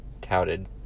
touted